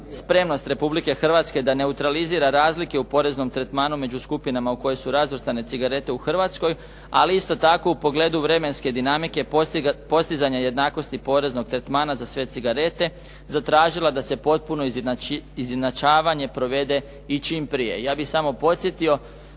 spremnost Republike Hrvatske da neutralizira razlike u poreznom tretmanu među skupinama u koje su razvrstane cigarete u Hrvatskoj, ali isto tako u pogledu vremenske dinamike postizanja jednakosti poreznog tretmana za sve cigarete zatražila da se potpuno izjednačavanje provede i čim prije.